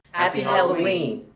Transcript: happy halloween.